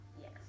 Yes